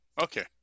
Okay